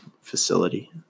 facility